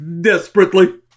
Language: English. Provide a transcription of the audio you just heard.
desperately